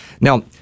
Now